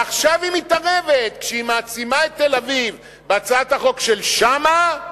ועכשיו היא מתערבת כשהיא מעצימה את תל-אביב בהצעת החוק של שאמה,